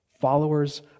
followers